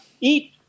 eat